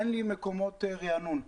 אין לי מקומות ריענון,